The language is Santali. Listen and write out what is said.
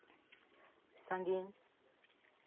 ᱥᱟᱺᱜᱤᱧ